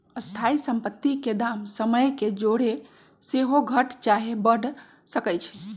स्थाइ सम्पति के दाम समय के जौरे सेहो घट चाहे बढ़ सकइ छइ